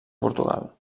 portugal